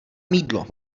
mýdlo